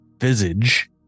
visage